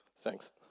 Thanks